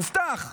הובטח.